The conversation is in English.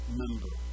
member